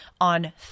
on